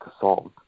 solved